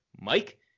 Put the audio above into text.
Mike